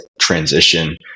transition